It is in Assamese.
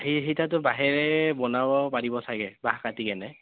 সেই সেইকেইটাটো বাঁহেৰে বনাব পাৰিব চাগে বাঁহ কাটি কেনে